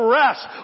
rest